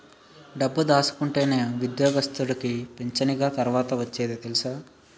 డబ్బు దాసుకుంటేనే ఉద్యోగస్తుడికి పింఛనిగ తర్వాత ఒచ్చేది తెలుసా